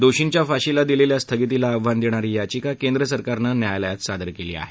दोषींच्या फाशीला दिलेल्या स्थगितीला आव्हान देणारी याचिका केंद्र सरकारने न्यायालयात सादर केली आहे